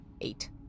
eight